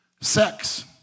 sex